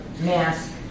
mask